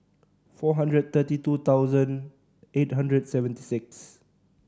four hundred thirty two thousand eight hundred seventy six